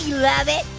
love it,